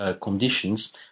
conditions